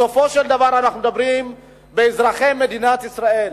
בסופו של דבר, אנחנו מדברים באזרחי מדינת ישראל.